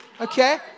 Okay